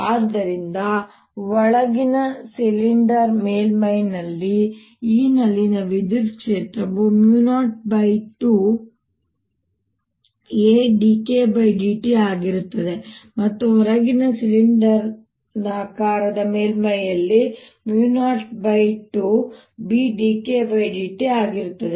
ಆದ್ದರಿಂದ ಒಳಗಿನ ಸಿಲಿಂಡರ್ ಮೇಲ್ಮೈಯಲ್ಲಿ E ನಲ್ಲಿನ ವಿದ್ಯುತ್ ಕ್ಷೇತ್ರವು 02adKdt ಆಗಿರುತ್ತದೆ ಮತ್ತು ಹೊರಗಿನ ಸಿಲಿಂಡರಾಕಾರದ ಮೇಲ್ಮೈಯಲ್ಲಿ 02bdKdt ಆಗಿರುತ್ತದೆ